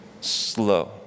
slow